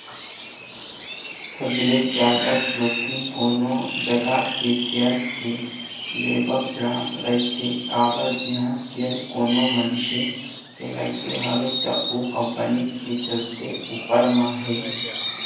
सबले जादा जोखिम कोनो जघा के सेयर के लेवब म रहिथे काबर जिहाँ सेयर कोनो मनखे के लगे हवय त ओ कंपनी के चले ऊपर म हे